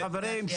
--- חברים,